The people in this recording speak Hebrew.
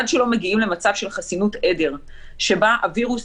עד שלא מגיעים למצב של חסינות עדר שבו הווירוס,